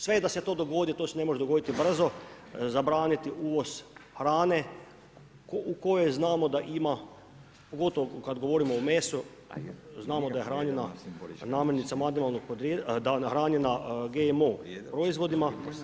Sve da se to dogodi, to se ne može dogoditi brzo, zabraniti uvoz hrane, u kojoj znamo da ima, pogotovo kad govorimo o mesu, znamo da je hranjena namjernicama … da je hranjena GMO proizvodima.